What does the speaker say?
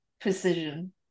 precision